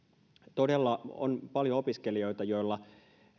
on paljon opiskelijoita